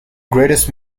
greatest